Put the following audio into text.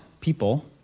people